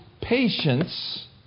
patience